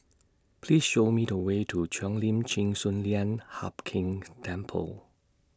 Please Show Me The Way to Cheo Lim Chin Sun Lian Hup Keng's Temple